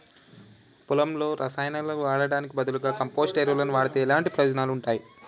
పొలంలో రసాయనాలు వాడటానికి బదులుగా కంపోస్ట్ ఎరువును వాడితే ఎలాంటి ప్రయోజనాలు ఉంటాయి?